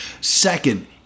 Second